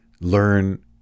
learn